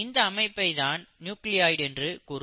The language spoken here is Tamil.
இந்த அமைப்பை தான் நியூக்ளியோய்டு என்று கூறுவர்